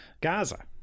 Gaza